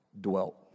dwelt